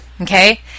Okay